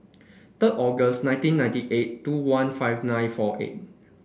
third August nineteen ninety eight two one five nine four eight